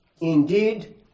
Indeed